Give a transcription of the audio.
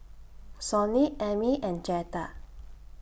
Sonny Emmy and Jetta